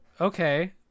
Okay